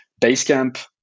Basecamp